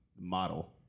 model